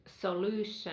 solution